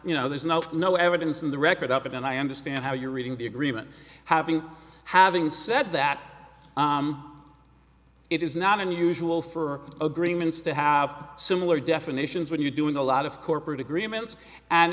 you know there's no no evidence in the record up and i understand how you're reading the agreement having having said that it is not unusual for agreements to have similar definitions when you doing a lot of corporate agreements and